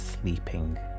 Sleeping